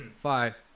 Five